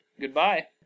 goodbye